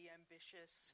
ambitious